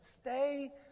Stay